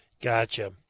Gotcha